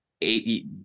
eight